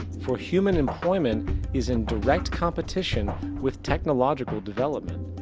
for human employment is in direct competition with technological developement.